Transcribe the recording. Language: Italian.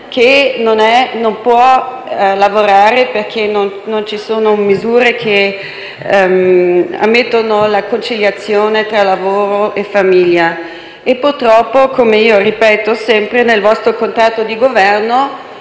che non può lavorare perché non ci sono misure che permettono la conciliazione tra lavoro e famiglia. Purtroppo, come ripeto sempre, nel vostro contratto di Governo